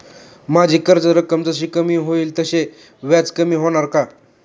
माझी कर्ज रक्कम जशी कमी होईल तसे व्याज कमी होणार का?